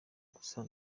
gusa